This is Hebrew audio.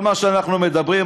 כל מה שאנחנו מדברים,